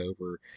over